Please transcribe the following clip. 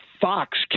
Fox